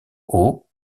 aux